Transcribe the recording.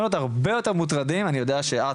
להיות הרבה יותר מוטרדים ואני יודעת שאת,